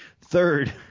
third